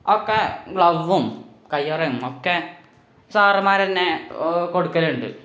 ഒക്കെ ഗ്ലൗവ്വും കൈയ്യുറയും ഒക്കെ സാറന്മാർ തന്നെ കൊടുക്കലുണ്ട്